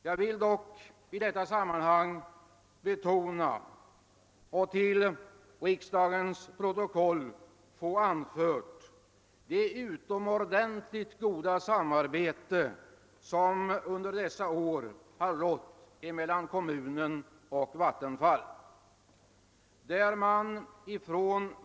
Jag vill dock i detta sammanhang betona och till riksdagens protokoll få anfört att det under dessa år har rått ett utomordentligt gott samarbete mellan kommunen och Vattenfall.